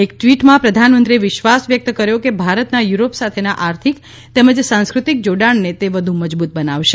એક ટ્વિટમાં પ્રધાનમંત્રીએ વિશ્વાસ વ્યક્ત કર્યો કે ભારતના યુરોપ સાથેના આર્થિક તેમજ સાંસ્કૃતિક જોડાણને તે વધુ મજબુત બનાવશે